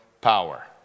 power